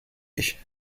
ich